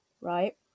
Right